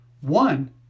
One